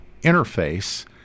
interface